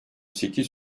sekiz